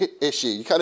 issue